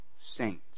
saints